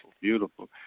beautiful